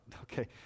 Okay